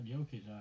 Okay